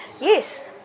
Yes